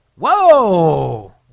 Whoa